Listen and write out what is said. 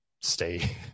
stay